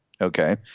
okay